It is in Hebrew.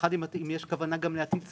במיוחד אם יש כוונה גם להטיל סנקציה.